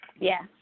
Yes